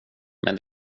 men